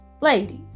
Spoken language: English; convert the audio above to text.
Ladies